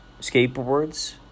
skateboards